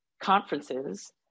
conferences